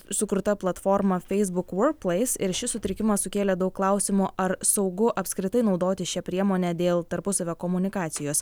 sukurta platforma feisbuk vorkpleis ir šis sutrikimas sukėlė daug klausimų ar saugu apskritai naudotis šia priemone dėl tarpusavio komunikacijos